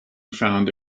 found